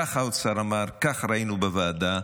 כך האוצר אמר, כך ראינו בוועדה,